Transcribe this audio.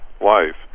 life